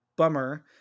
Bummer